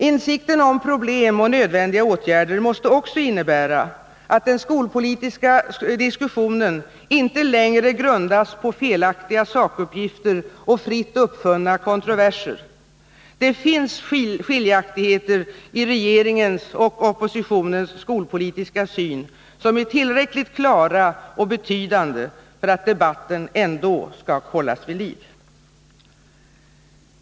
Insikten om problem och nödvändiga åtgärder måste också innebära att den skolpolitiska diskussionen inte längre grundas på felaktiga sakuppgifter och fritt uppfunna kontroverser. Det finns skiljaktigheter i regeringens och oppositionens skolpolitiska syn som är tillräckligt klara och betydande för att debatten ändå skall hållas vid liv.